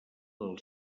del